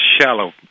shallow